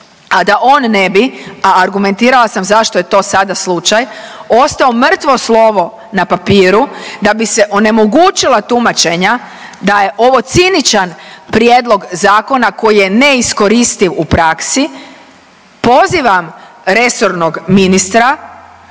a da on ne bi, a argumentirala sam zašto je to sada slučaj, ostao mrtvo slovo na papiru. Da bi se onemogućila tumačenja da je ovo ciničan prijedlog zakona koji je neiskoristiv u praksi pozivam resornog ministra